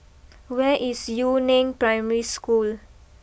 where is Yu Neng Primary School